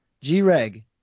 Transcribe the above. G-Reg